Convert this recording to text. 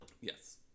Yes